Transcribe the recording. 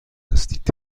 هستید